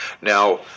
Now